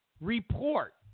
report